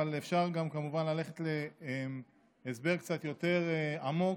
אבל אפשר גם כמובן ללכת להסבר קצת יותר עמוק,